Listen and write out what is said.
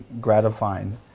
gratifying